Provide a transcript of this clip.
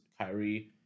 Kyrie